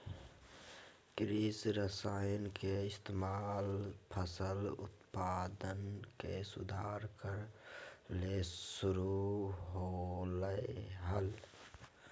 कृषि रसायन के इस्तेमाल फसल उत्पादन में सुधार करय ले शुरु होलय हल